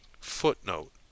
Footnote